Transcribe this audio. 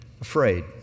afraid